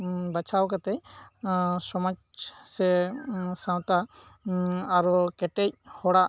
ᱵᱟᱪᱷᱟᱣ ᱠᱟᱛᱮᱫ ᱥᱚᱢᱟᱡᱽ ᱥᱮ ᱥᱟᱶᱛᱟᱟᱨᱦᱚᱸ ᱠᱮᱴᱮᱡ ᱦᱚᱲᱟᱜ